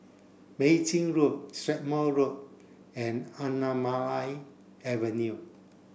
Mei Chin Road Strathmore Road and Anamalai Avenue